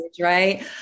Right